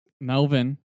Melvin